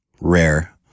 rare